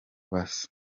basa